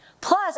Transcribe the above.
Plus